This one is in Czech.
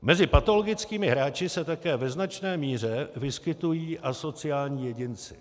Mezi patologickými hráči se také ve značné míře vyskytují asociální jedinci.